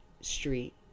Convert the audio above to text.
Street